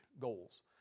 goals